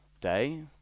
day